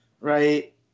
right